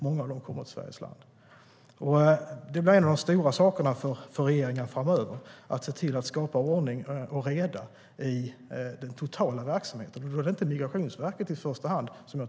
Många av dem kommer till Sverige.En av de stora uppgifterna framöver för regeringen är att se till att skapa ordning och reda i den totala verksamheten. Då talar jag inte om Migrationsverket i första hand.